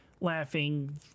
laughing